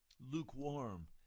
lukewarm